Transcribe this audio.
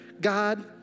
God